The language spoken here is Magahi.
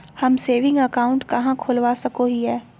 हम सेविंग अकाउंट कहाँ खोलवा सको हियै?